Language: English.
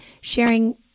sharing